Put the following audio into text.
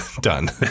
done